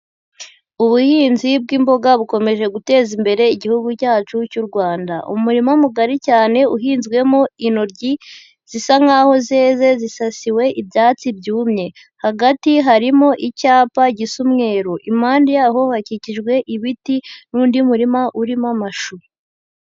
Ubuhinzi bw'imboga bukomeje guteza imbere igihugu cyacu cy'u Rwanda, umurima mugari cyane uhinzwemo intoryi zisa nkaho zeze zisasiwe ibyatsi byumye, hagati harimo icyapa gisa umweru, impande yaho hakikijwe ibiti n'undi murima urimo amashu.